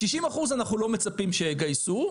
60% - אנחנו לא מצפים שיגייסו.